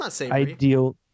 ideal